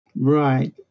Right